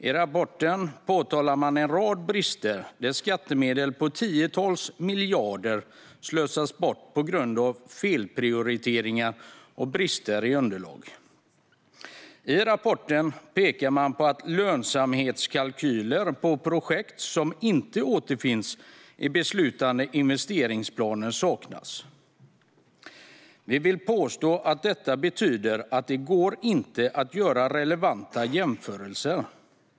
I rapporten påtalar man en rad brister, där skattemedel på tiotals miljarder slösas bort på grund av felprioriteringar och brister i underlag. I rapporten pekar man på att lönsamhetskalkyler på projekt som inte återfinns i beslutade investeringsplaner saknas. Vi vill påstå att detta betyder att det inte går att göra relevanta jämförelser.